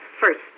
first